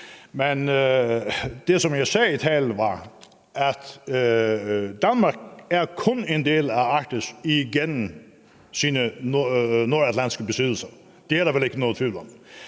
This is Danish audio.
Men det, som jeg sagde i talen, var, at Danmark kun er en del af Arktis igennem sine nordatlantiske besiddelser. Det er der vel ikke nogen tvivl om.